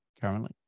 currently